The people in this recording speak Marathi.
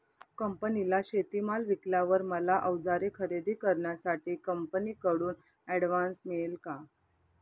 कंपनीला शेतीमाल विकल्यावर मला औजारे खरेदी करण्यासाठी कंपनीकडून ऍडव्हान्स मिळेल का?